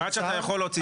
עד שאתה יכול להוציא צו.